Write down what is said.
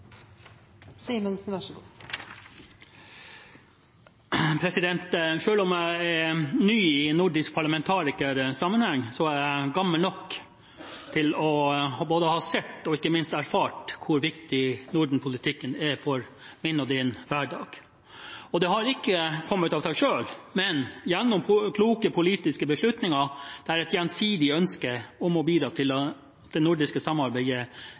jeg gammel nok til både å ha sett og ikke minst erfart hvor viktig Norden-politikken er for min og din hverdag. Det har ikke kommet av seg selv, men gjennom kloke politiske beslutninger der et gjensidig ønske om å bidra til det nordiske samarbeidet